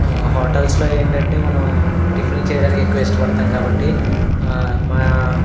హోటల్స్లో ఏంటంటే మనం టిఫిన్లు చేయడానికి ఎక్కువ ఇష్టపడతాం కాబట్టి మా